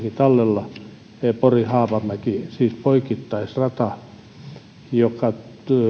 tallella pori haapamäki siis poikittaisrata